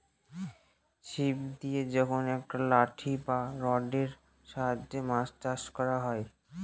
ছিপ দিয়ে যখন একটা লাঠি বা রডের সাহায্যে মাছ ধরা হয়